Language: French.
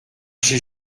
j’ai